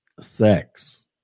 sex